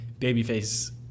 babyface